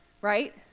right